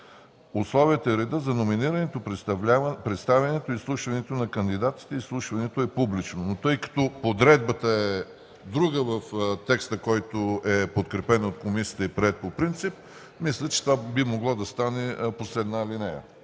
условията и реда за номинирането, представянето и изслушването на кандидатите. Изслушването е публично.” Тъй като подредбата в текста е друга, който е подкрепен от комисията и приет по принцип, мисля, че това би могло да стане последна алинея